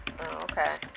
Okay